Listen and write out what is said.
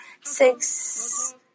six